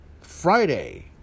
Friday